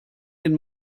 den